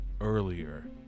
earlier